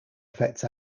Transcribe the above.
effects